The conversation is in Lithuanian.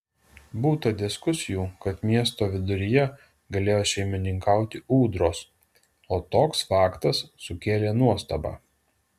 būta diskusijų kad miesto viduryje galėjo šeimininkauti ūdros o toks faktas sukėlė nuostabą